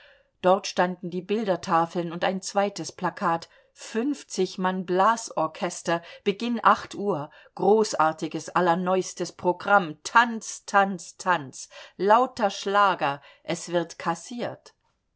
dort standen die bildertafeln und ein zweites plakat fünfzig mann blasorchester beginn acht uhr großartiges allerneustes programm tanz tanz tanz lauter schlager es wird kassiert